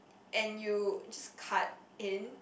and you just cut in